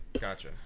Gotcha